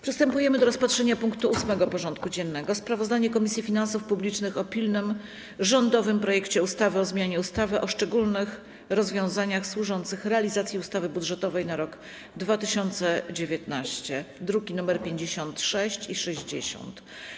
Przystępujemy do rozpatrzenia punktu 8. porządku dziennego: Sprawozdanie Komisji Finansów Publicznych o pilnym rządowym projekcie ustawy o zmianie ustawy o szczególnych rozwiązaniach służących realizacji ustawy budżetowej na rok 2019 (druki nr 56 i 60)